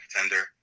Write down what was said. contender